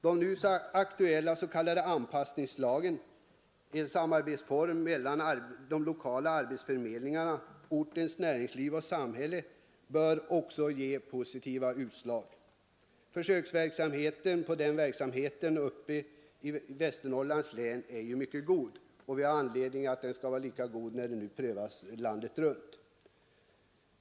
Också den nu så aktuella anpassningslagen, som är en samarbetsform mellan de lokala arbetsförmedlingarna, ortens näringsliv och samhälle, bör ge positiva utslag. Erfarenheterna av försöksverksamheten på detta område i Västernorrlands län är mycket goda. Vi har anledning förmoda att erfarenheterna blir lika goda när nu denna verksamhet prövas landet runt.